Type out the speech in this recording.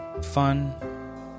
fun